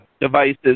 devices